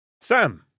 Sam